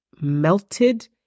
melted